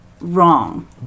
wrong